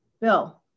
Bill